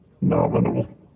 Nominal